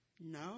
No